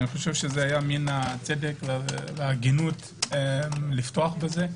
זה מן הצדק וההגינות לפתוח בזה.